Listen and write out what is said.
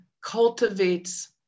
cultivates